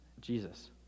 Jesus